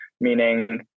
meaning